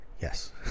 yes